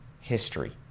history